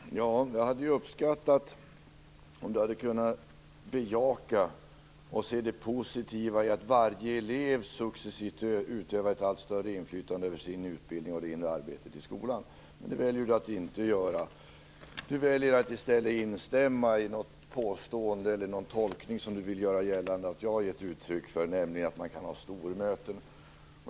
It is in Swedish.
Herr talman! Jag hade uppskattat om Britt-Marie Danestig-Olofsson hade kunnat bejaka och se det positiva i att varje elev successivt utövar ett allt större inflytande över sin utbildning och det inre arbetet i skolan. Men det väljer hon att inte göra. Hon väljer att i stället instämma i någon tolkning som hon vill göra gällande att jag har gett uttryck för, nämligen att man kan ha stormöten.